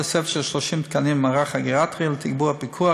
תוספת של 30 תקנים למערך הגריאטרי לתגבור הפיקוח